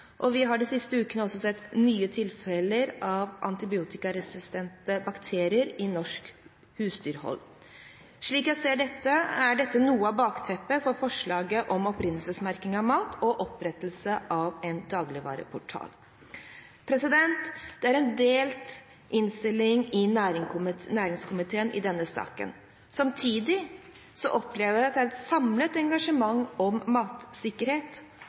og vi har de siste ukene sett nye tilfeller av antibiotikaresistente bakterier i norsk husdyrhold. Slik jeg ser det, er dette noe av bakteppet for forslaget om opprinnelsesmerking av mat og opprettelse av en dagligvareportal. Det er en delt innstilling i næringskomiteen i denne saken. Samtidig opplever jeg at det er et samlet engasjement for matsikkerhet.